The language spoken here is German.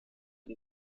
den